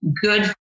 good